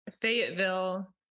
Fayetteville